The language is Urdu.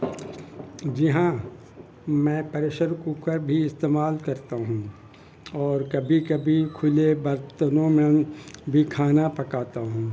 جی ہاں میں پریشر کوکر بھی استعمال کرتا ہوں اور کبھی کبھی کھلے برتنوں میں بھی کھانا پکاتا ہوں